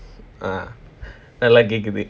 uh நல்லா கேக்குது:nallaa kekkuthu